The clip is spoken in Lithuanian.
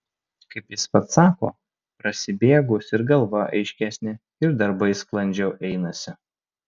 kaip jis pats sako prasibėgus ir galva aiškesnė ir darbai sklandžiau einasi